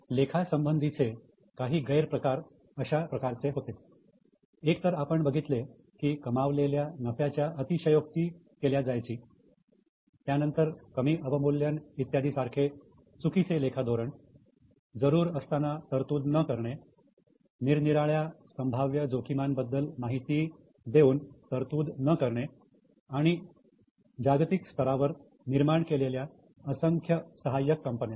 लेखा संबंधीचे काही गैरप्रकार अशा प्रकारचे होते एक तर आपण बघितले की कमावलेल्या नफ्याची अतिशयोक्ती केल्या जायची त्यानंतर कमी अवमूल्यन इत्यादी सारखे चुकीचे लेखा धोरण जरूर असताना तरतूद न करणे निरनिराळ्या संभाव्य जोखीमान बद्दल माहिती देऊन तरतूद न करणे आणि जागतिक स्तरावर निर्माण केलेल्या असंख्य सहाय्यक कंपन्या